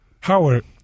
Howard